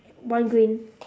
one green